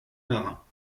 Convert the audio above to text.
marins